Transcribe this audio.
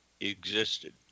existed